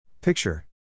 Picture